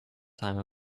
time